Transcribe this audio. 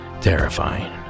terrifying